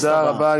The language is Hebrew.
תודה רבה.